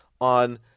on